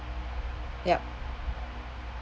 ya